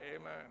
Amen